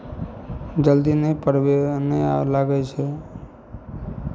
जल्दी नहि प्रवे नहि लागै छै